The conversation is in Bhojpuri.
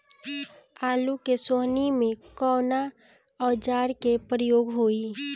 आलू के सोहनी में कवना औजार के प्रयोग होई?